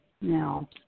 Now